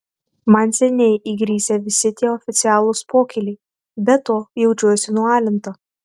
man seniai įgrisę visi tie oficialūs pokyliai be to jaučiuosi nualinta